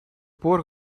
пор